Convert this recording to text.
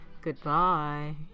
goodbye